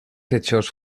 hechos